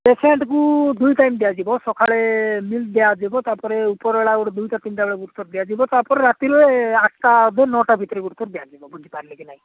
ପେସେଣ୍ଟକୁ ଦୁଇ ଟାଇମ୍ ଦିଆଯିବ ସକାଳେ ମିଲ୍ ଦିଆଯିବ ତାପରେ ଉପରବେଳା ଗୋଟେ ଦୁଇଟା ତିନିଟା ବେଳେ ଗୋଟେଥର ଦିଆଯିବ ତାପରେ ରାତିରେେ ଆଠଟା ବେଳେ ନଅଟା ଭିତରେ ଗୋଟେଥର ଦିଆଯିବ ବୁଝିପାରିଲେ କି ନାହିଁ